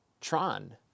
Tron